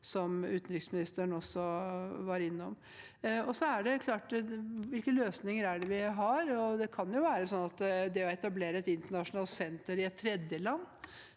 slik utenriksministeren også var innom. Så er spørsmålet: Hvilke løsninger har vi? Det kan jo være sånn at det å etablere et internasjonalt senter i et tredjeland